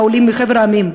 העולים מחבר העמים: